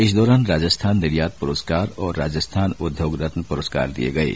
इस दौरान राजस्थान निर्यात पुरस्कार और राजस्थान उद्योग रत्न पुरस्कारों दिये गये